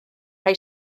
rhoi